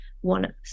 one